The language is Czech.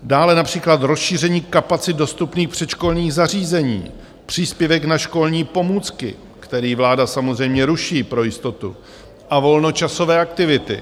Dále například rozšíření kapacit dostupných předškolních zařízení, příspěvek na školní pomůcky, který vláda samozřejmě ruší pro jistotu, a volnočasové aktivity.